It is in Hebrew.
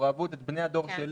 בני הדור שלי,